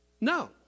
No